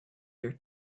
your